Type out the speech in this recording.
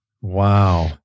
Wow